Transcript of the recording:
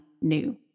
new